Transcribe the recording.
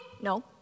No